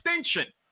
extension